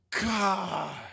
God